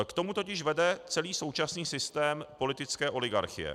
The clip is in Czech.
K tomu totiž vede celý současný systém politické oligarchie.